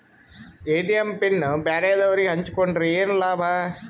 ATM pin ಬ್ಯಾರೆದವರಗೆ ಹಂಚಿಕೊಂಡರೆ ಏನು ಲಾಭ?